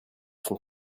sont